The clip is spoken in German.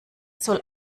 soll